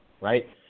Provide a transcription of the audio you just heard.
right